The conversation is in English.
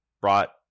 brought